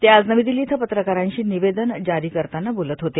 ते आज नवी दिल्ली इथं पत्रकारांशी निवेदन जारी करताना बोलत होते